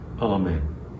Amen